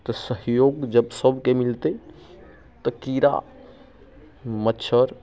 तऽ सहयोग जब सबके मिलते तऽ कीड़ा मच्छर